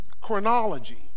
chronology